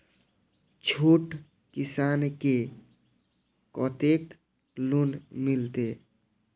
छोट किसान के कतेक लोन मिलते?